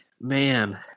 man